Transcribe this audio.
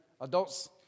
adults